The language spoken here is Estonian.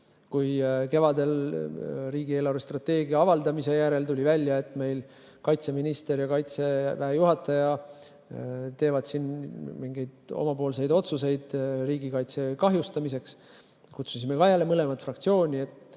Kui kevadel riigi eelarvestrateegia avaldamise järel tuli välja, et kaitseminister ja Kaitseväe juhataja teevad mingeid omapoolseid otsuseid riigikaitse kahjustamiseks, ja me kutsusime jälle mõlemad fraktsiooni, et